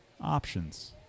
options